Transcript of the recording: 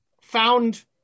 found